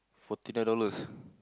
forty nine dollars